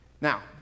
Now